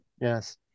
Yes